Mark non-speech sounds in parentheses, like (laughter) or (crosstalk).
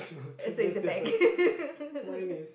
uh so it's a bag (laughs)